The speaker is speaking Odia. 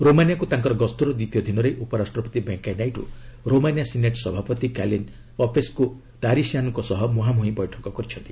ରୋମାନିଆକ୍ ତାଙ୍କର ଗସ୍ତର ଦ୍ୱିତୀୟ ଦିନରେ ଉପରାଷ୍ଟ୍ରପତି ଭେଙ୍କିୟା ନାଇଡ଼ ରୋମାନିଆ ସିନେଟ୍ ସଭାପତି କାଲିନ୍ ପପେସ୍କୁ ତାରିସିଆନୁଙ୍କ ସହ ମୁହାଁମ୍ରହିଁ ବୈଠକ କରିଛନ୍ତି